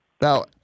Now